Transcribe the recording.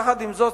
יחד עם זאת,